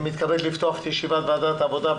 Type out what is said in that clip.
אני מתכבד לפתוח את ישיבת ועדת העבודה,